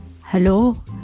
Hello